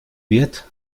wird